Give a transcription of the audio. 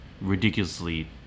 ridiculously